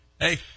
Hey